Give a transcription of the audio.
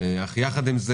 אך יחד עם זה,